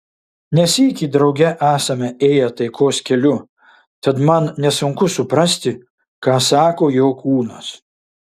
ne sykį drauge esame ėję taikos keliu tad man nesunku suprasti ką sako jo kūnas